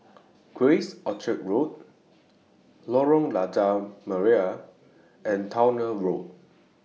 Grace Orchard School Lorong Lada Merah and Towner Road